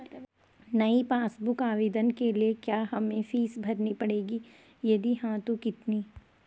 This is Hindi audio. नयी पासबुक बुक आवेदन के लिए क्या हमें फीस भरनी पड़ेगी यदि हाँ तो कितनी?